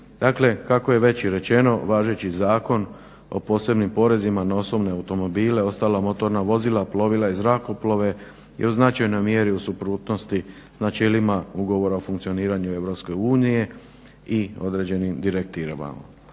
kako je već rečeno, važeći zakon o posebnim porezima na osobne automobile, ostala motorna vozila, plovila i zrakoplove i u značajnoj mjeri i u suprotnosti s načelima ugovora o funkcioniranju EU i određenim direktivama.